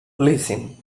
listen